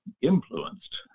influenced